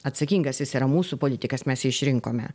atsakingas jis yra mūsų politikas mes jį išrinkome